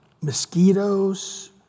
mosquitoes